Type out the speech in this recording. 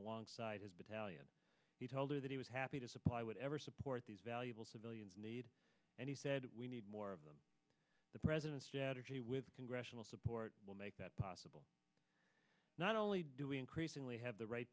alongside his battalion he told her that he was happy to supply whatever support these valuable civilians need and he said we need more of them the president's strategy with congressional support will make that possible not only do we increasingly have the right